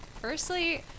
Firstly